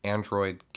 Android